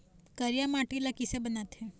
करिया माटी ला किसे बनाथे?